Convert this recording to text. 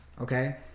Okay